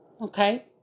Okay